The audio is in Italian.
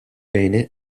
bene